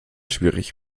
schwierig